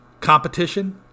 competition